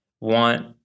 want